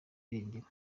irengero